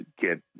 get